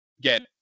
get